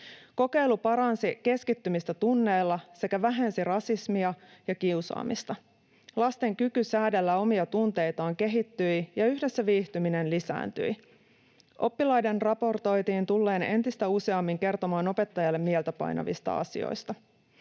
Kokeilu paransi keskittymistä tunneilla sekä vähensi rasismia ja kiusaamista. Lasten kyky säädellä omia tunteitaan kehittyi, ja yhdessä viihtyminen lisääntyi. Oppilaiden raportoitiin tulleen entistä useammin kertomaan opettajalle mieltä painavista asioista.